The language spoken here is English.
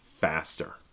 faster